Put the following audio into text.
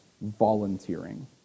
volunteering